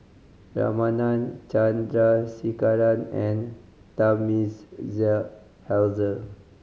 Ramanand Chandrasekaran and Thamizhavel